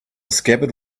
scabbard